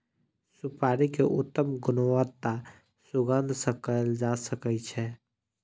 सुपाड़ी के उत्तम गुणवत्ता सुगंध सॅ कयल जा सकै छै